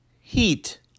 Heat